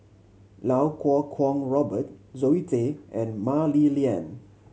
Lau Kuo Kwong Robert Zoe Tay and Mah Li Lian